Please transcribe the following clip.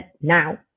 now